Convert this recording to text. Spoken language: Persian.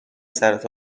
سرت